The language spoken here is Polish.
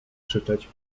krzyczeć